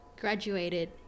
graduated